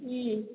ಹ್ಞೂ